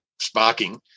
sparking